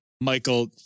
Michael